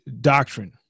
doctrine